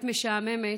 את משעממת,